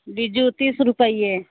बिज्जू तीस रुपैये